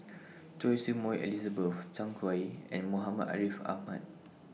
Choy Su Moi Elizabeth Zhang Hui and Muhammad Ariff Ahmad